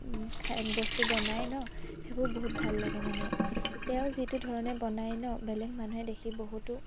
খায় বস্তু বনাই ন সেইবোৰ বহুত ভাল লাগে মানে তেওঁ যিটো ধৰণে বনাই ন বেলেগ মানুহে দেখি বহুতো